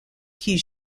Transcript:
qui